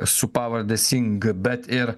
su pavarde sing bet ir